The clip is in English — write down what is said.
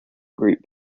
group